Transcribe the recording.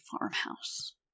farmhouse